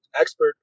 expert